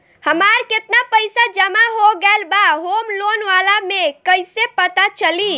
हमार केतना पईसा जमा हो गएल बा होम लोन वाला मे कइसे पता चली?